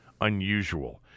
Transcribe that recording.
unusual